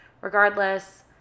regardless